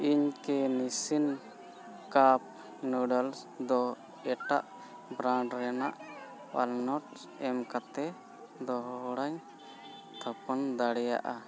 ᱤᱧᱠᱤ Nissin cup noodles ᱫᱚ ᱮᱴᱟᱜ ᱵᱨᱟᱱᱰ ᱨᱮᱱᱟᱜ ᱳᱣᱟᱞᱱᱟᱴᱥ ᱮᱢ ᱠᱟᱛᱮᱫ ᱫᱚᱦᱲᱟᱧ ᱛᱷᱟᱯᱚᱱ ᱫᱟᱲᱮᱭᱟᱜᱼᱟ